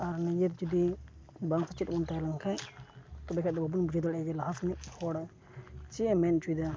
ᱟᱨ ᱱᱤᱡᱮᱨ ᱡᱩᱫᱤ ᱵᱟᱝ ᱥᱮᱪᱮᱫ ᱵᱚᱱ ᱛᱟᱦᱮᱸ ᱞᱮᱱ ᱠᱷᱟᱡ ᱛᱚᱵᱮ ᱠᱷᱟᱡ ᱫᱚ ᱵᱟᱵᱚᱱ ᱵᱩᱡᱷᱟᱹᱣ ᱫᱟᱲᱮᱭᱟᱜᱼᱟ ᱞᱟᱦᱟ ᱥᱮᱱᱤᱡ ᱦᱚᱲ ᱪᱮᱫ ᱮ ᱢᱮᱱ ᱚᱪᱚᱭᱮᱫᱟ